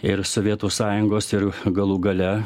ir sovietų sąjungos ir galų gale